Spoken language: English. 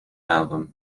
album